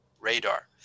radar